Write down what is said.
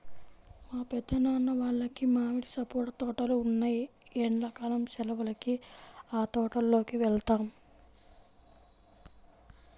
మా పెద్దనాన్న వాళ్లకి మామిడి, సపోటా తోటలు ఉన్నాయ్, ఎండ్లా కాలం సెలవులకి ఆ తోటల్లోకి వెళ్తాం